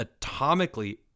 atomically